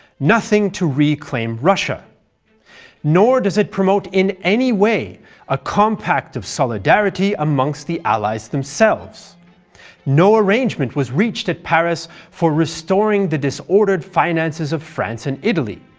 nothing to reclaim russia nor does it promote in any way a compact of solidarity amongst the allies themselves no arrangement was reached at paris for restoring the disordered finances of france and italy,